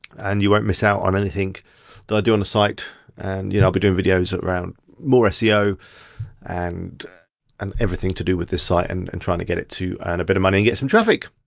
and you won't miss out on anything that i do on the site and i'll be doing videos around more seo and and everything to do with this site and and trying to get it to earn a bit of money and get some traffic.